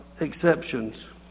exceptions